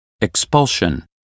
expulsion